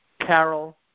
Carol